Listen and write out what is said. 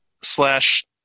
slash